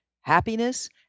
happiness